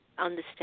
Understand